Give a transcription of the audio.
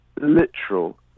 literal